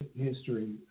history